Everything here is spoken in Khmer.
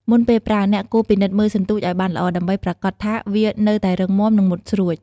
មុនពេលប្រើ អ្នកគួរពិនិត្យមើលសន្ទូចឲ្យបានល្អ ដើម្បីប្រាកដថាវានៅតែរឹងមាំ និងមុតស្រួច។